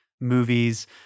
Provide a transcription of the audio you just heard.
movies